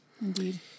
Indeed